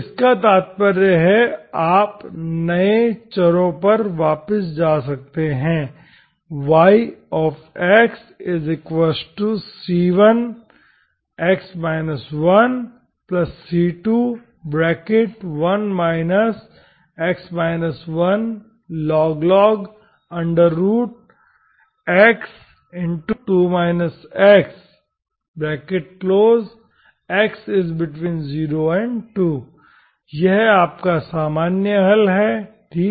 तो इसका तात्पर्य है आप नए चरों पर वापस जा सकते हैं yxc1x 1c21 x 1log x2 x 0x2 यह आपका सामान्य हल है ठीक है